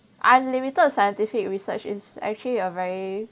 unlimited scientific research is actually a very